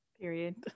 Period